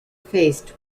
faced